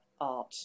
art